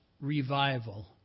revival